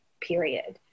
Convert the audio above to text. period